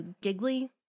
giggly